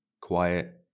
quiet